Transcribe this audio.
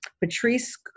Patrice